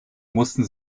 mussten